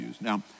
Now